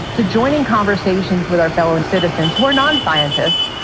to join in conversations with our fellow and citizens who are non-scientists,